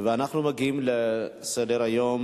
נעבור להצעה לסדר-היום